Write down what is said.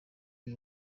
iyi